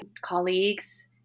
colleagues